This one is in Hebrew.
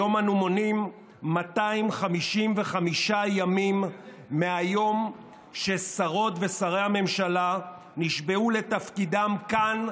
היום אנו מונים 255 ימים מהיום ששרות ושרי הממשלה נשבעו לתפקידם כאן,